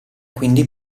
quindi